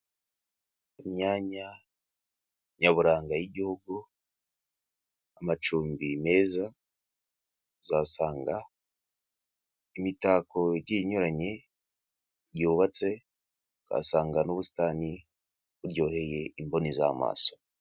Imyanya nyaburanga y'igihugu, amacumbi meza uzasanga imitako igiye inyuranye yubatse, ukahasanga n'ubusitani buryoheye imboni z'amaso.